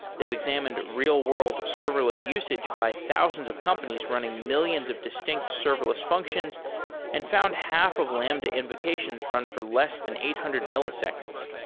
they've examined real-world serverless usage by thousands of companies running millions of distinct serverless functions and found half of lambda invocations run for less than eight hundred milliseconds.